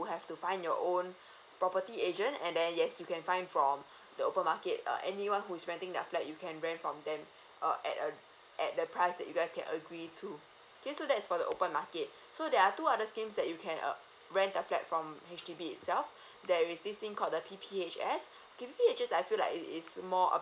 will have to find your own property agent and then yes you can find from the open market err anyone who's renting their flat you can rent from them uh at uh at the price that you guys can agree to okay so that's for the open market so there are two others schemes that you can uh rent a platform H_D_B itself there is this thing called the P_P_H_S is just I feel like is is more